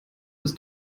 ist